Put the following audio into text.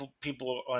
people